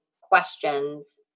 questions